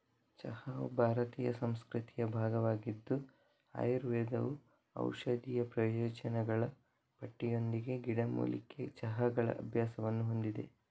ಚಹಾವು ಭಾರತೀಯ ಸಂಸ್ಕೃತಿಯ ಭಾಗವಾಗಿದ್ದು ಆಯುರ್ವೇದವು ಔಷಧೀಯ ಪ್ರಯೋಜನಗಳ ಪಟ್ಟಿಯೊಂದಿಗೆ ಗಿಡಮೂಲಿಕೆ ಚಹಾಗಳ ಅಭ್ಯಾಸವನ್ನು ಹೊಂದಿದೆ